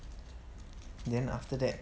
then after that